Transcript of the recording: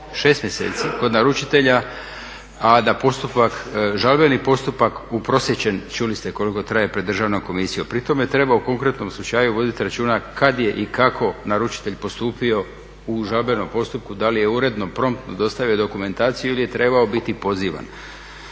6 mjeseci kod naručitelja, a da postupak, žalbeni postupak uprosječen čuli ste koliko traje pred Državnom komisijom. Pri tome treba u konkretnom slučaju voditi računa kad je i kako naručitelj postupio u žalbenom postupku, da li je uredno, promptno dostavio dokumentaciju ili je trebao biti pozivan